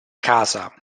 casa